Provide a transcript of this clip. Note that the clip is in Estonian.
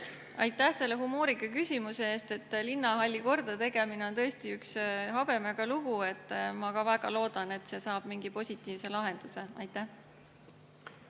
Aitäh selle humoorika küsimuse eest! Linnahalli kordategemine on tõesti üks habemega lugu. Ma ka väga loodan, et see saab mingi positiivse lahenduse. Aitäh